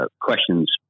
questions